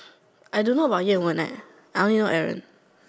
I don't know about Yan-Wen leh I only know Aaron